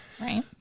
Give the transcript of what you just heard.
right